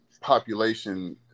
population